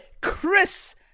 Chris